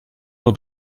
nur